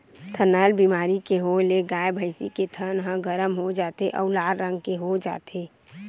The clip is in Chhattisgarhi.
थनैल बेमारी के होए ले गाय, भइसी के थन ह गरम हो जाथे अउ लाल रंग के हो जाथे